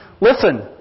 Listen